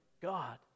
God